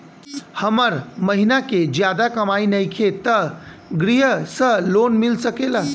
हमर महीना के ज्यादा कमाई नईखे त ग्रिहऽ लोन मिल सकेला?